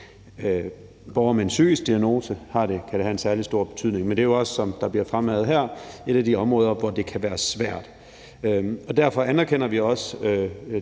med en psykisk diagnose kan det have en særlig stor betydning, men det er jo også, som det bliver fremhævet her, et af de områder, hvor det kan være svært. Derfor anerkender vi også